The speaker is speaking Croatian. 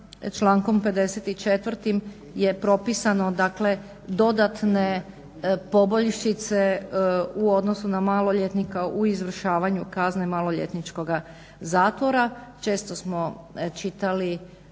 člankom 54. je propisano dakle, dodatne poboljšice u odnosu na maloljetnika u izvršavanju kazne maloljetničkoga zatvora. Često smo čitali